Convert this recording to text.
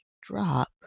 drop